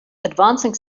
advancing